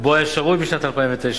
שבו היה שרוי בשנת 2009,